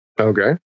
Okay